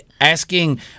asking